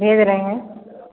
भेज रहे हैं